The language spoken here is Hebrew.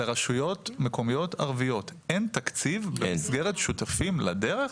לרשויות הערביות אין להן תקציב במסגרת שותפים לדרך?